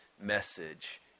message